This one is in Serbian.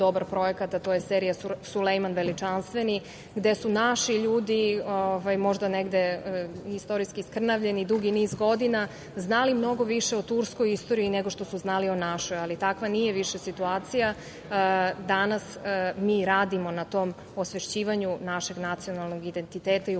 dobar projekat, a to je serija „Sulejman Veličanstveni“ gde su naši ljudi možda negde istorijski skrnavljeni, dugi niz godina znali mnogo više o turskoj nego što su znali o našoj, ali takva nije više situacija. Danas, mi radimo na tom osvešćivanju našeg nacionalnog identiteta i upoznavanju